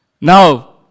Now